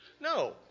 No